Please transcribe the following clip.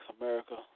America